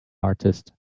artist